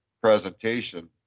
presentation